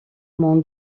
mon